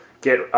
Get